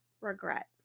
regret